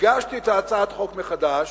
הגשתי את הצעת החוק מחדש.